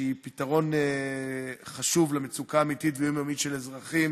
שהיא פתרון חשוב למצוקה אמיתית ויומיומית של אזרחים.